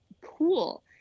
cool